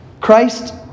christ